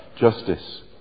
justice